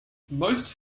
most